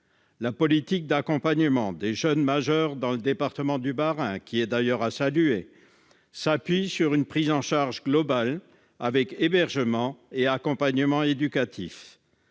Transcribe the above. La politique d'accompagnement des jeunes majeurs dans le département du Bas-Rhin, qui est d'ailleurs à saluer, s'appuie sur une prise en charge globale avec hébergement et accompagnement éducatif